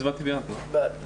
הצבעה אושר אין מתנגדים,